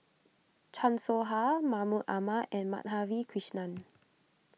Chan Soh Ha Mahmud Ahmad and Madhavi Krishnan